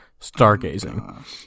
stargazing